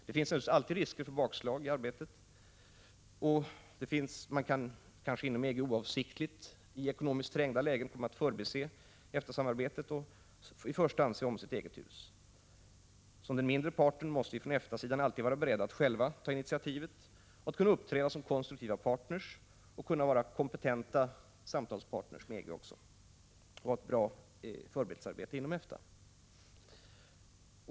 Det finns naturligtvis alltid risker för bakslag i arbetet. Inom EG kan man kanske oavsiktligt, i ekonomiskt trängda lägen, komma att förbise EFTA-samarbetet och i första hand se om sitt eget hus. Som den mindre parten måste vi i EFTA alltid vara beredda att själva ta initiativ, uppträda som konstruktiva partner och vara kompetenta samtalspartner i EG. Det kräver ett bra förberedelsearbete inom EFTA.